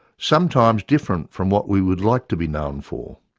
sometimes different from what we would like to be known for.